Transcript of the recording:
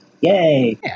yay